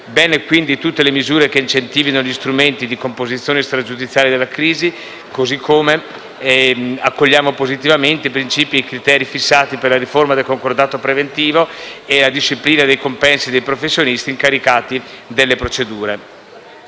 Bene quindi tutte le misure che incentivino gli strumenti di composizione stragiudiziale della crisi, così come accogliamo positivamente i principi e i criteri fissati per la riforma del concordato preventivo e la disciplina dei compensi dei professionisti incaricati delle procedure.